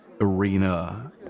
arena